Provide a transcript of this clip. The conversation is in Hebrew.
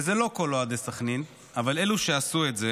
ואלו לא כל אוהדי סח'נין, אבל אלו שעשו את זה